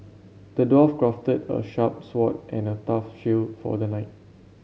the dwarf crafted a sharp sword and a tough shield for the knight